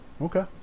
Okay